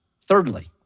Thirdly